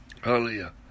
Hallelujah